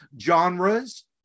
genres